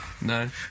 No